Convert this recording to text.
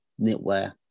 knitwear